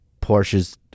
Porsches